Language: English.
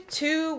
two